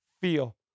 feel